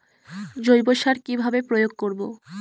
জৈব সার কি ভাবে প্রয়োগ করব?